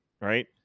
right